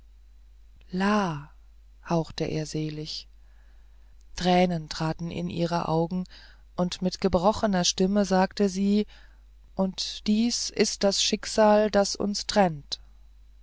hauchte er selig tränen traten in ihre augen und mit gebrochener stimme sagte sie und dies ist das schicksal das uns trennt